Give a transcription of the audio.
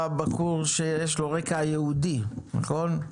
אתה בחור שיש לו רקע יהודי, נכון?